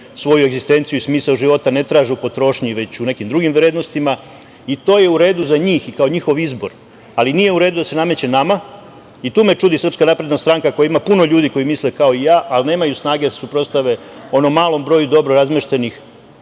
svoju egzistenciju i smisao života ne traže u potrošnji, već u nekim drugim vrednostima. To je u redu za njih i kao njihov izbor, ali nije u redu da se nameće nama. Tu me čudi SNS, koja ima puno ljudi koji misle kao i ja, ali nemaju snage da se suprotstave onom malom broju dobro razmeštenih